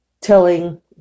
Telling